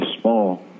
small